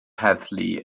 heddlu